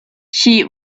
she